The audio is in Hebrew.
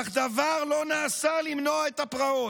אך דבר לא נעשה למנוע את הפרעות.